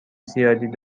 زیاد